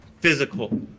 physical